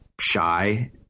shy